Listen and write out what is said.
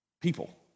People